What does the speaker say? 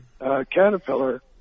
Caterpillar